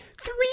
three